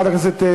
תודה רבה.